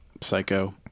psycho